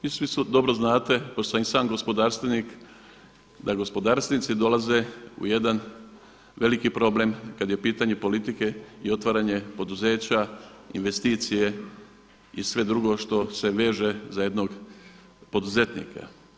Vi svi dobro znate postoji i sam gospodarstvenik da gospodarstvenici dolaze u jedan veliki problem kad je u pitanju politike i otvaranje poduzeća, investicije i sve drugo što se veže za jednog poduzetnika.